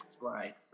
Right